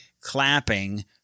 clapping